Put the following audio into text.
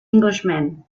englishman